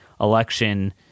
election